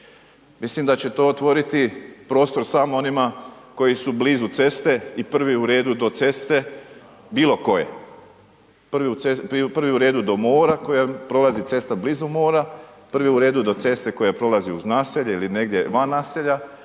Mislim da će to otvoriti prostor samo onima koji su blizu ceste i prvi u redu do ceste bilo koje. Prvi u redu do mora koja prolazi cesta blizu mora, prvi u redu do ceste koja prolazi uz naselje ili negdje van naselja